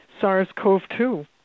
SARS-CoV-2